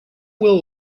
will